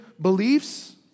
beliefs